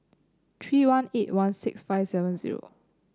three one eight one six five seven zero